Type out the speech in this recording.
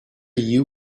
you